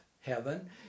heaven